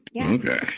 Okay